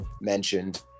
mentioned